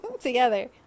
together